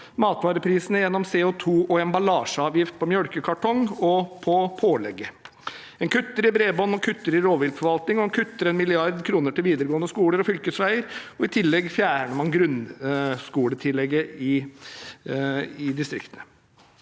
matvareprisene gjennom CO2- og emballasjeavgift på melkekartonger og på pålegg. En kutter i bredbånd og kutter i rovviltforvaltningen, en kutter 1 mrd. kr til videregående skoler og fylkesveier, og i tillegg fjerner en grunnskoletillegget i distriktene.